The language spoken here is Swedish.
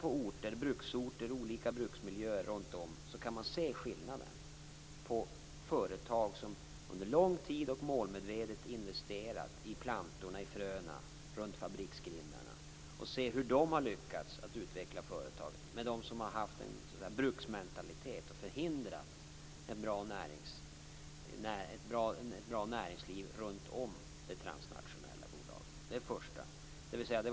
Vi behöver bara titta på olika bruksmiljöer runt omkring oss för att se utvecklingsskillnaderna mellan å ena sidan företag som under lång tid målmedvetet har investerat i fröna och plantorna vid fabriksgrindarna och å andra sidan företag som har haft en bruksmentalitet och förhindrat ett bra näringsliv runt omkring det transnationella bolaget.